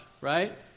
right